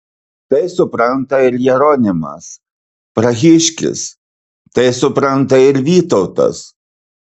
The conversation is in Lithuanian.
tai supranta ir jeronimas prahiškis tai supranta ir vytautas